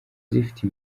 zifite